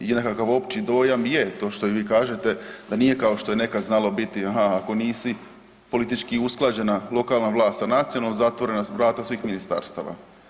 I nekakav opći dojam je to što vi kažete da nije kao što je nekad znalo biti aha ako nisi politički usklađena lokalna vlast sa nacionalnom zatvorena su vrata svih ministarstava.